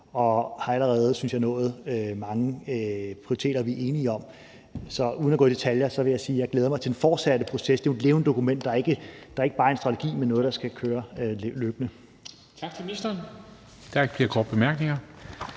og har allerede, synes jeg, nået at blive enige om mange prioriteter. Så uden at gå i detaljer vil jeg sige, at jeg glæder mig til den fortsatte proces. Det er jo et levende dokument. Det er ikke bare en strategi, men noget, der skal køre løbende.